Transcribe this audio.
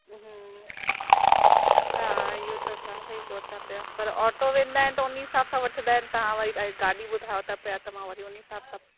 हा इहो त तव्हां सही चयो था पिया पर ऑटो वेंदा आहिनि त उन हिसाब सां वठंदा आहिनि तव्हा वरी गाॾी ॿुधायो त पिया त मां वरी उन हिसाब सां